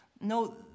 No